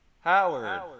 Howard